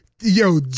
Yo